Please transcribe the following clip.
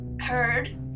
heard